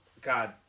god